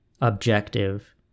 objective